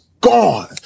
gone